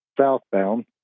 southbound